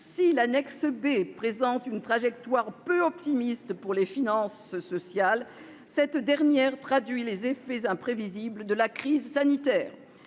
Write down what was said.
Si l'annexe B présente une trajectoire peu optimiste pour les finances sociales, cette dernière traduit les effets imprévisibles de la crise sanitaire.